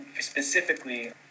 specifically